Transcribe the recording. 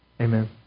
Amen